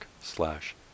slash